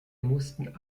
mussten